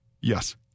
Yes